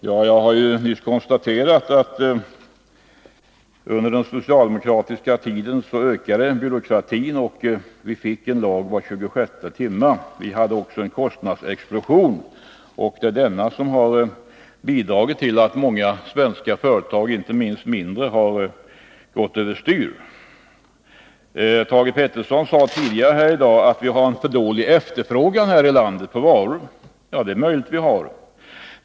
Herr talman! Jag har nyss konstaterat att under den socialdemokratiska tiden ökade byråkratin, och vi fick en lag var tjugosjätte timme. Vi hade också en kostnadsexplosion. Det är denna som har bidragit till att många svenska företag, inte minst de mindre, har gått över styr. Thage Peterson sade tidigare i dag att det råder en alltför dålig efterfrågan på varor här i landet. Det är möjligt att så är fallet.